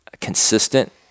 consistent